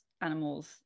animals